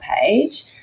page